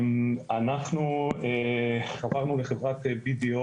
אנחנו חברנו לחברת BDO